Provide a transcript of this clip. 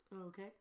Okay